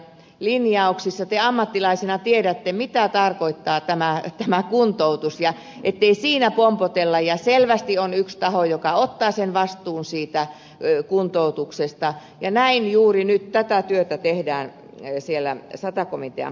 te ammattilaisina tiedätte mitä tarkoittaa tämä kuntoutus ja ettei siinä pompotella ja että selvästi on yksi taho joka ottaa vastuun kuntoutuksesta ja näin juuri nyt tätä työtä tehdään sata komitean puitteissa